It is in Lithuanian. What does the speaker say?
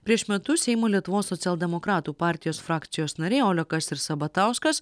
prieš metus seimo lietuvos socialdemokratų partijos frakcijos nariai olekas ir sabatauskas